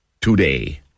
today